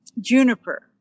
juniper